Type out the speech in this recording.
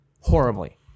Horribly